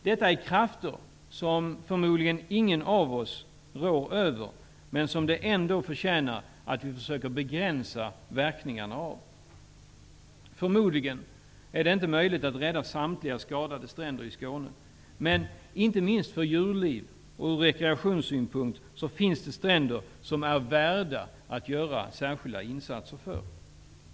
Detta är krafter som förmodligen ingen av oss rår över men som det ändå förtjänar att vi försöker begränsa verkningarna av. Förmodligen är det inte möjligt att rädda samtliga skadade stränder i Skåne, men inte minst för djurlivet och ur rekreationssynpunkt finns det stränder som är värda att göra särskilda insatser för.